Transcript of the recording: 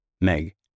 Meg